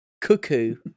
Cuckoo